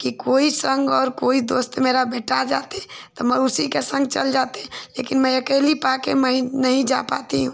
कि कोई संग और कोई दोस्त मेरा भेटा जाते तो मैं उसी के संग चल जाती लेकिन मैं अकेली पाकर मैं नहीं जा पाती हूँ